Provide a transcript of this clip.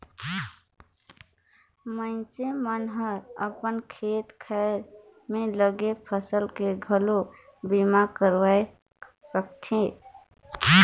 मइनसे मन हर अपन खेत खार में लगे फसल के घलो बीमा करवाये सकथे